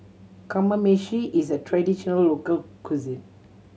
Kamameshi is a traditional local cuisine